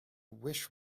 wish